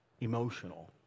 emotional